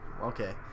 Okay